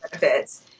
benefits